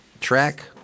track